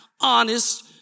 honest